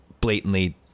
blatantly